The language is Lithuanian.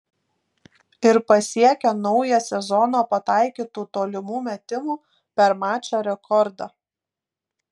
ir pasiekė naują sezono pataikytų tolimų metimų per mačą rekordą